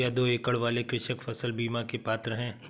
क्या दो एकड़ वाले कृषक फसल बीमा के पात्र हैं?